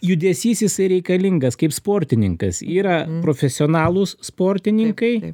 judesys jisai reikalingas kaip sportininkas yra profesionalūs sportininkai